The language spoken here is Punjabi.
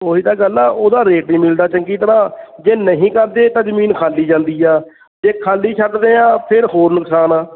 ਉਹੀ ਤਾਂ ਗੱਲ ਆ ਉਹਦਾ ਰੇਟ ਨਹੀਂ ਮਿਲਦਾ ਚੰਗੀ ਤਰ੍ਹਾਂ ਜੇ ਨਹੀਂ ਕਰਦੇ ਤਾਂ ਜ਼ਮੀਨ ਖਾਲੀ ਜਾਂਦੀ ਆ ਜੇ ਖਾਲੀ ਛੱਡਦੇ ਹਾਂ ਫਿਰ ਹੋਰ ਨੁਕਸਾਨ ਆ